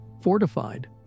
fortified